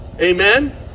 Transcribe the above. amen